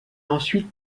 ensuite